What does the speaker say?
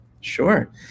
Sure